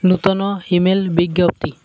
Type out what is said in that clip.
ନୂତନ ଇମେଲ୍ ବିଜ୍ଞପ୍ତି